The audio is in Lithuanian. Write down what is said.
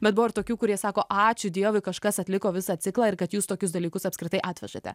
bet buvo ir tokių kurie sako ačiū dievui kažkas atliko visą ciklą ir kad jūs tokius dalykus apskritai atvežate